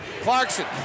Clarkson